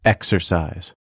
Exercise